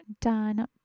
done